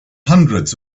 hundreds